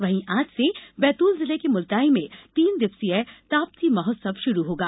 वहीं आज से बैतूल जिले के मुलताई में तीन दिवसीय ताप्ती महोत्सव शुरू होगा